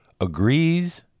agrees